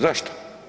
Zašto?